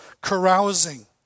carousing